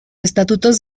estatutos